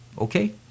okay